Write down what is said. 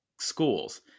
schools